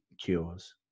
cures